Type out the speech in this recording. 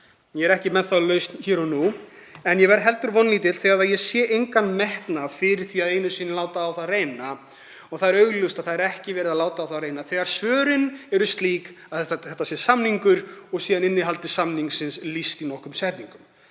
Ég er ekki með þá lausn hér og nú. En ég verð heldur vonlítill þegar ég sé ekki einu sinni metnað fyrir því að láta á það reyna. Það er augljóst að ekki er verið að láta á það reyna þegar svörin eru þau að þetta sé samningur og síðan innihaldi samningsins lýst í nokkrum setningum.